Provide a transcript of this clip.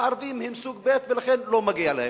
הערבים הם סוג ב' ולכן לא מגיע להם,